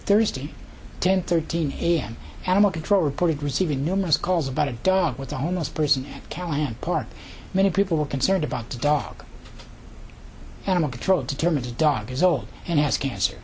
thursday ten thirteen am animal control reported receiving numerous calls about a dog with a homeless person callahan park many people concerned about the dog animal control determines a dog is old and has cancer